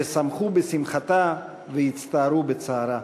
ששמחו בשמחתה והצטערו בצערה,